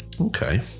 Okay